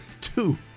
two